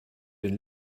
den